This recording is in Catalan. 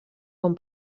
com